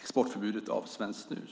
exportförbudet mot svenskt snus.